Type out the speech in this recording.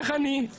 איך אני?